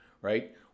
right